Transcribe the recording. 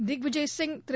Digvijay Singh Thiru